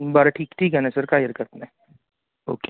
बरं ठीक ठीक आहे ना सर काही हरकत नाही ओके